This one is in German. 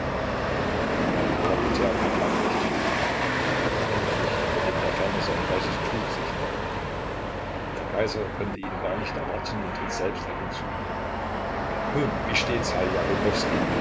der parlamentär kam lange nicht zurück endlich wurde in der ferne sein weißes tuch sichtbar der kaiser konnte ihn gar nicht erwarten und ritt selbst auf ihn zu nun wie steht's herr